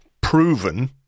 proven